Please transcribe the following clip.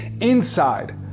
inside